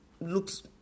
looks